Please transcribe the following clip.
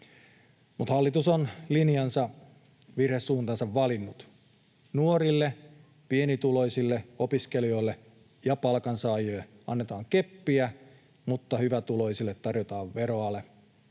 hallitus on linjansa, virhesuuntansa valinnut. Nuorille pienituloisille opiskelijoille ja palkansaajille annetaan keppiä, mutta hyvätuloisille tarjotaan veroale,